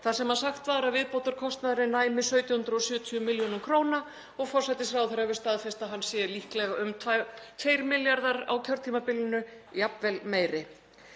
þar sem sagt var að viðbótarkostnaðurinn næmi 1.770 millj. kr. og forsætisráðherra hefur staðfest að hann sé líklega um 2 milljarðar á kjörtímabilinu, jafnvel meiri.